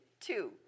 Two